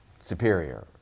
superior